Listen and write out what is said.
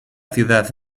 ciudad